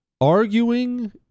Arguing